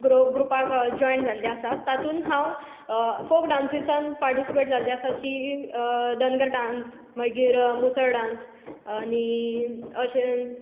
ग्रुपाक जॉयन जाल्लें आसा तातूंत हांव फोक डान्सिसान पार्टीसिपेट जाल्ले आसा धनगर डान्स मागीर मुसळ डान्स आनी अशें